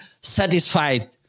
satisfied